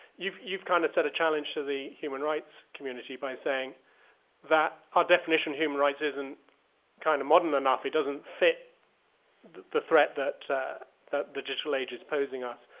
you've you've kind of set a challenge to the human rights community by saying that our definition of human rights isn't kind of modern enough, it doesn't fit the the threat that that the digital age is posing us.